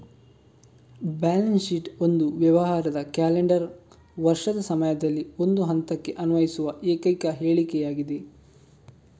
balance sheet ಒಂದು ವ್ಯವಹಾರದ calendar ವರ್ಷದ ಸಮಯದಲ್ಲಿ ಒಂದು ಹಂತಕ್ಕೆ ಅನ್ವಯಿಸುವ ಏಕೈಕ ಹೇಳಿಕೆಯಾಗಿದೆ